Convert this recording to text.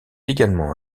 également